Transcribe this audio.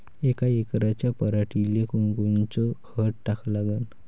यका एकराच्या पराटीले कोनकोनचं खत टाका लागन?